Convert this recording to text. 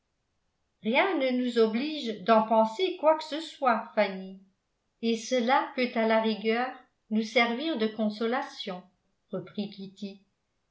rien ne nous oblige d'en penser quoi que ce soit fanny et cela peut à la rigueur nous servir de consolation reprit kitty